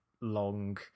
long